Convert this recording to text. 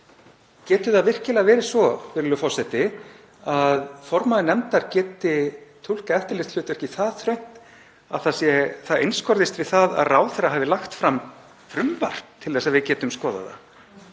Getur það virkilega verið svo, virðulegur forseti, að formaður nefndar geti túlkað eftirlitshlutverkið það þröngt að það einskorðist við það að ráðherra hafi lagt fram frumvarp til að við getum skoðað það?